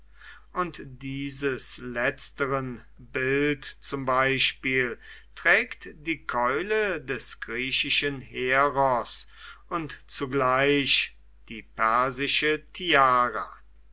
und dieses letzteren bild zum beispiel trägt die keule des griechischen heros und zugleich die persische